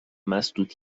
مسدود